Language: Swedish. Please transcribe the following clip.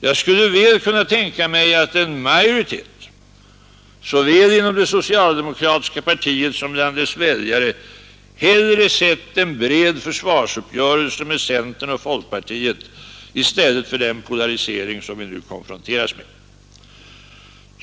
Jag skulle väl kunna tänka mig att en majoritet såväl inom det socialdemokratiska partiet som bland dess väljare hellre sett en bred försvarsuppgörelse med centern och folkpartiet i stället för den polarisering som vi nu konfronteras med.